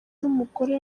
n’umugore